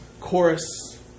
Chorus